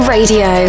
Radio